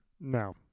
No